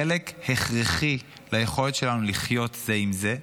חלק הכרחי ליכולת שלנו לחיות זה עם זה,